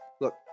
Look